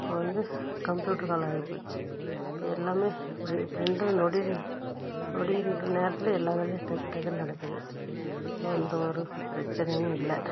இப்போ வந்து கம்ப்யூட்ரு காலம் ஆகிப்போச்சி இப்போ எல்லாமே இப்படி இப்படின்ற நொடியில் நொடி நேரத்தில் எல்லா வேலையும் டக்கு டக்குன்னு நடக்குது எந்த ஒரு பிரச்சனையும் இல்லை